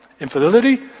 Infidelity